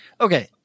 okay